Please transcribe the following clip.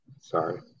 sorry